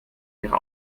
ihre